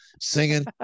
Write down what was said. singing